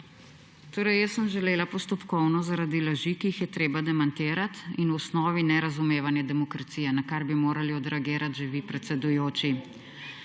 SDS):** Jaz sem želela postopkovno zaradi laži, ki jih je treba demantirati, in v osnovi nerazumevanje demokracije, na kar bi morali odreagirati že vi, predsedujoči.